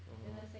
(uh huh)